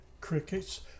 crickets